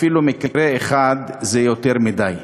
אפילו מקרה אחד זה יותר מדי.